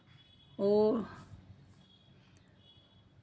और